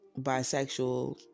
bisexual